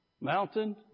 Mountain